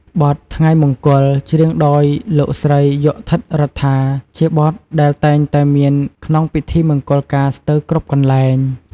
បទ "ថ្ងៃមង្គល" ច្រៀងដោយលោកស្រី យក់ ឋិតរដ្ឋា ជាបទដែលតែងតែមានក្នុងពិធីមង្គលការស្ទើរគ្រប់កន្លែង។